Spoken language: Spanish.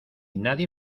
nadie